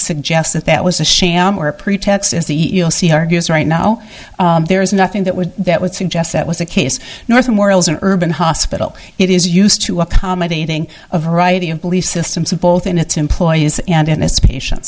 suggest that that was a sham or a pretext as the e e o c argues right now there is nothing that would that would suggest that was the case north of morals and urban hospital it is used to accommodating a variety of belief systems of both in its employees and in this patient